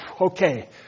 okay